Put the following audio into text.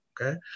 Okay